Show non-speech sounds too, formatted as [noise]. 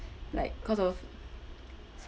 like cause of [noise]